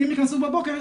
כי אם יכנסו בבוקר,